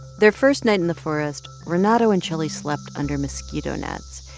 their first night in the forest, renato and shelly slept under mosquito nets,